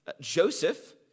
Joseph